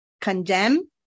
condemn